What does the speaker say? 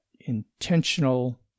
intentional